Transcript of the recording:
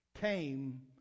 came